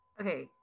okay